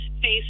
face